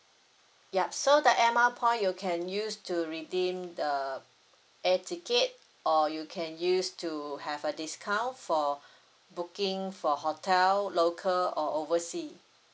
yup so the air mile point you can use to redeem the air ticket or you can use to have a discount for booking for hotel local or oversea